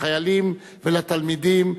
לחיילים ולתלמידים,